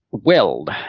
Weld